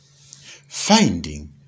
Finding